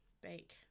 bake